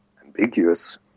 ambiguous